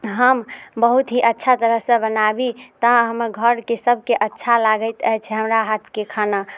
हम बहुत ही अच्छा तरहसँ बनाबी तऽ हमर घरके सबके अच्छा लागैत अछि हमरा हाथके खाना